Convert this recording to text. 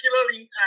particularly